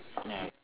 ya